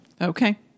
Okay